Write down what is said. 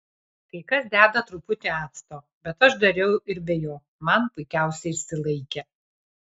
kai kas deda truputį acto bet aš dariau ir be jo man puikiausiai išsilaikė